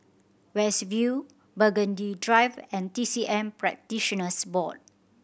West View Burgundy Drive and T C M Practitioners Board